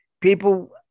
people